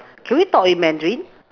can we talk in Mandarin